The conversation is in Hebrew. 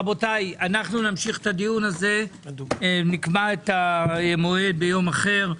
רבותיי, נקבע את המשך הדיון ביום אחר.